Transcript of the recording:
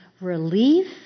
relief